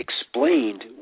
explained